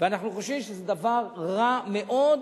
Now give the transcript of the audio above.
ואנחנו חושבים שזה דבר רע מאוד,